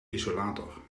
isolator